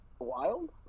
wild